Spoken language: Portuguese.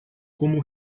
como